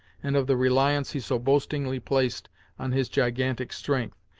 and of the reliance he so boastingly placed on his gigantic strength,